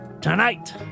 tonight